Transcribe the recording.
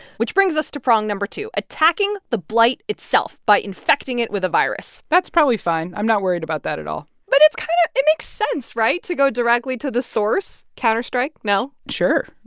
which brings us to prong no. two attacking the blight itself by infecting it with a virus that's probably fine. i'm not worried about that at all but it's kind of it makes sense right? to go directly to the source, counterstrike, no? sure.